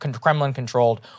Kremlin-controlled